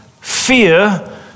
fear